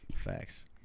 facts